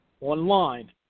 online